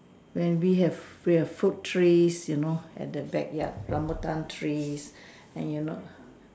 when we have we've fruit trees you know at the backyard rambutan trees and you know